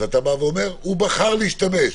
אז אתה אומר: הוא בחר להשתמש.